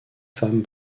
femme